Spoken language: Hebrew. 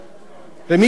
ומי קובע?